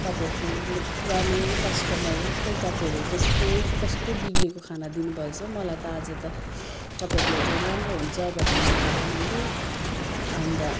तपाईँहरूको म त पुरानो कस्टमर हो खै तपाईँहरू त्यस्तो कस्तो बिग्रेको खाना दिनुभएछ मलाई त आज त तपाईँकोमा झन् राम्रो हुन्छ भनेर मगाएको मैले अनि त